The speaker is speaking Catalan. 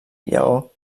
lleó